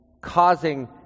causing